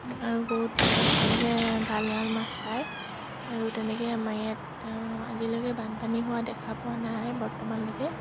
আৰু বহুত বা তেনেকৈ ভাল ভাল মাছ পায় আৰু তেনেকৈ আমাৰ ইয়াত আজিলৈকে বানপানী হোৱা দেখা পোৱা নাই বৰ্তমানলৈকে